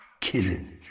Killing